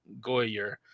Goyer